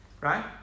Right